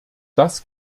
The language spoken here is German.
das